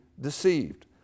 deceived